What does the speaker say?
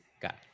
Got